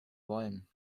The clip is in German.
wollen